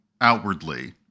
outwardly